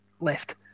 left